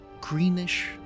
greenish